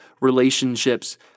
relationships